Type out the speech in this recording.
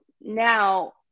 now